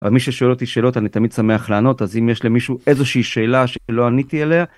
אבל מי ששואל אותי שאלות אני תמיד שמח לענות אז אם יש למישהו איזושהי שאלה שלא עניתי עליה.